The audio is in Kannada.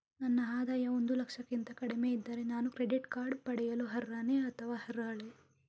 ನನ್ನ ಆದಾಯ ಒಂದು ಲಕ್ಷಕ್ಕಿಂತ ಕಡಿಮೆ ಇದ್ದರೆ ನಾನು ಕ್ರೆಡಿಟ್ ಕಾರ್ಡ್ ಪಡೆಯಲು ಅರ್ಹನೇ ಅಥವಾ ಅರ್ಹಳೆ?